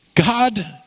God